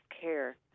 care